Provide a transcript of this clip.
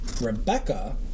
Rebecca